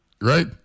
right